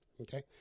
okay